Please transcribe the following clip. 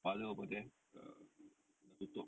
parlour over there err dah tutup